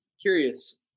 Curious